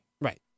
Right